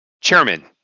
Chairman